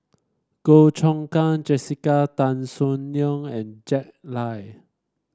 Goh Choon Kang Jessica Tan Soon Neo and Jack Lai